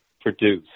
produce